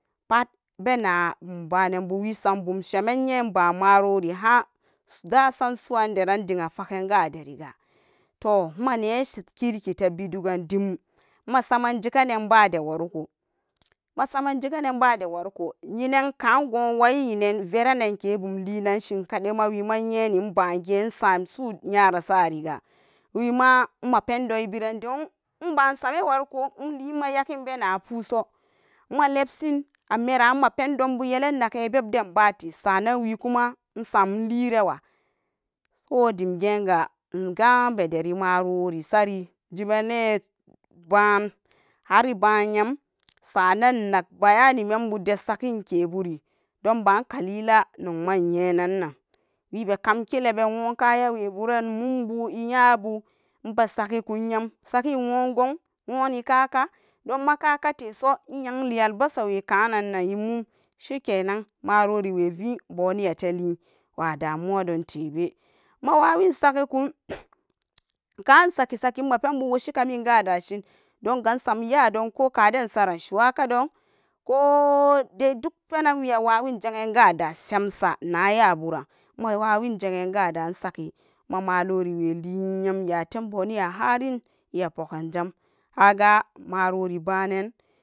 Pat bena bum banenbu wisam bum shemen iye inba maroriha dasam suwan dian fagan ka deriga toh mane kirki tebiran dim saman jekenan bade warko yinan ka gwa wayi yinan verenenke ibum linanshin kadaima wima iyeni nbage isam su yara sa'a riga wima mapendon ibran don inbasam eh warko inlimayakin ena puso malebsin a mera mapendonbu yelen naken eh bebden bate sa'anan wikuma esamlirawa, ko dimghega ingabederi marori sari jimane ba'an harbanyam sa'anan inag bayani da sakinke buri, dunba kalilanba nyanan nan webe kamki leben nwo kayaweburen mumbu iyabu basaginbun nyam sagin nwo gon, nwo ni kaka, donma kaka teso iyenli albasawe kanannan imu, shikenan maroriwe vini boni ateli wa damuwa don tebe, mawawin sagukun ka insasaki saki mapenbu wushikamin gadashin donga insam ya'a don koka insaran shuwakadon ko'o dai duk penan wi awawin ja'in kada shemsa nayaburan, mawawin ja'en kada insaki ma malori we li yam yatem buni a harin iya pugan jam, kaga marori banen.